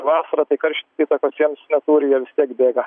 vasarą tai karštis įtakos jiems neturi jie vis tiek bėga